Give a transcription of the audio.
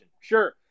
Sure